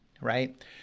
right